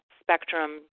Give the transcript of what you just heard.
spectrum